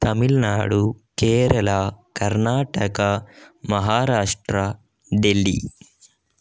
Tamil Nadu Kerala Karnataka Maharashtra Delhi